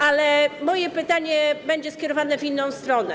Ale moje pytanie będzie skierowane w inną stronę.